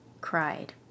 cried